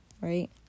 Right